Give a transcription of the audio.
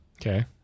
okay